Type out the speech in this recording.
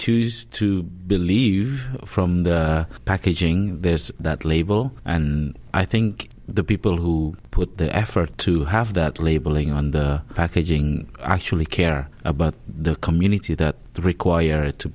choose to believe from the packaging there's that label and i think the people who put the effort to have that labeling on the packaging actually care about the community that require it to